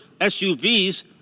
SUVs